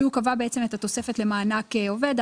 שהוא קבע בעצם את התוספת למענק עובד,